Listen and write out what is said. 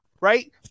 Right